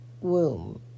womb